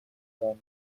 здании